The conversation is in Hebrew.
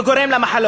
וזה גורם למחלות,